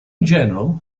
general